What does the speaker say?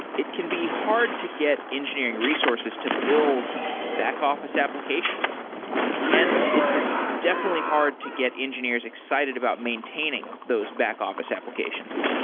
it can be hard to get engineering resources to build back-office applications and it's definitely hard to get engineers excited about maintaining those back-office applications.